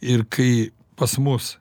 ir kai pas mus